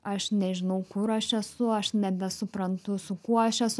aš nežinau kur aš esu aš nebesuprantu su kuo aš esu